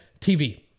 TV